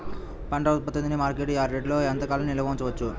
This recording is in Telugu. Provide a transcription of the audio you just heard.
పంట ఉత్పత్తిని మార్కెట్ యార్డ్లలో ఎంతకాలం నిల్వ ఉంచవచ్చు?